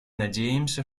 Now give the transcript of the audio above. надеемся